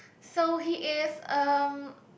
so he is um